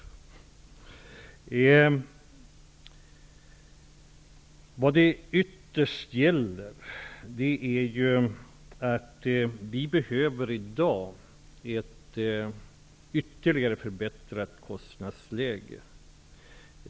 Vad det ytterst gäller är att vi behöver ett ytterligare förbättrat kostnadsläge.